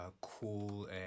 cool